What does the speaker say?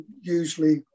usually